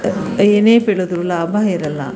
ಏನೇ ಬೆಳೆದರೂ ಲಾಭ ಇರೋಲ್ಲ